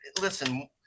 listen